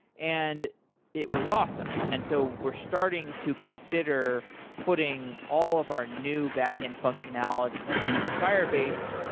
and it was awesome. and so we're starting to consider putting all of our new backend functionality into firebase,